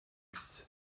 bis